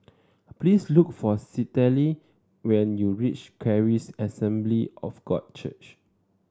please look for Citlali when you reach Charis Assembly of God Church